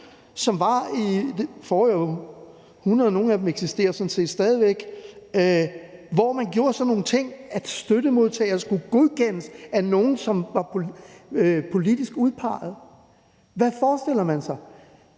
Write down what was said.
sådan set stadig væk, hvor man gjorde sådan nogle ting, nemlig at støttemodtagere skulle godkendes af nogle, som var politisk udpeget. Hvad forestiller man sig?